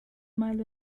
mild